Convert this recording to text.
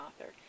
author